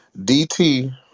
DT